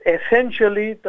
Essentially